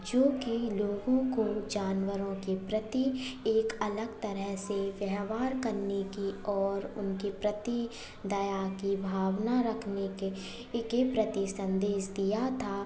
जो कि लोगों को जानवरों को के प्रति एक अलग तरह से व्यवहार करने की और उनकी प्रति दया की भावना रखने के एके प्रति संदेश दिया था